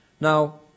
Now